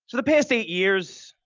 the past eight years,